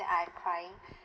that I am crying